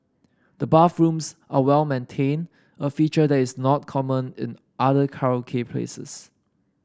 the bathrooms are well maintained a feature that is not common in other karaoke places